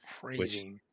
Crazy